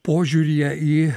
požiūryje į